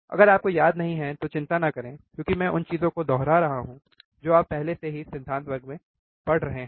अगर आपको याद नहीं है तो चिंता न करें क्योंकि मैं उन चीजों को दोहरा रहा हूं जो आप पहले से ही सिद्धांत वर्ग में पढ़ रहे हैं